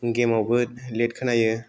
गेमावबो late खोनायो